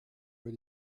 vois